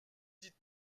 dites